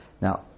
Now